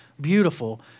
beautiful